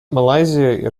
малайзия